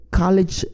college